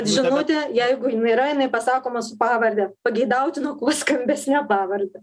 žinutė jeigu jinai yra jinai pasakoma su pavarde pageidautina kuo skambesne pavarde